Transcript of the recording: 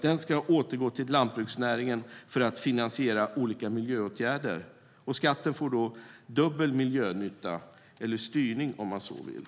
Den ska återgå till lantbruksnäringen för att finansiera olika miljöåtgärder. Skatten får då dubbel miljönytta, eller styrning om man så vill.